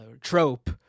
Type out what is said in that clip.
trope